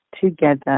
together